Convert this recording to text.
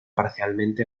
parcialmente